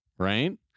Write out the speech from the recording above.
Right